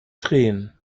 tränen